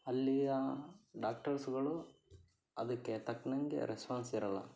ಅಲ್ಲಿಯ ಡಾಕ್ಟರ್ಸ್ಗಳು ಅದಕ್ಕೆ ತಕ್ನಂಗೆ ರೆಸ್ಪಾನ್ಸ್ ಇರಲ್ಲ